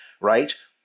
right